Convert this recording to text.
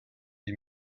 die